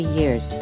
years